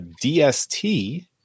DST